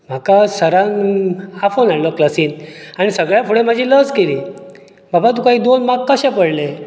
म्हाका सरान आफोवन हाडलो क्लासींत आनी सगल्यां फुडें म्हजी लज केली बाबा तुका हे दोन मार्क कशे पडले